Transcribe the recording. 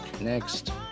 next